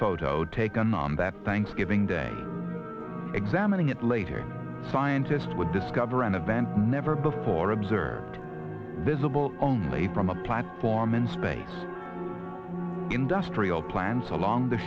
photo taken on that thanksgiving day examining it later scientists would discover an event never before observed visible only from a platform in space industrial plants along the